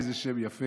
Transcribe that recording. איזה שם יפה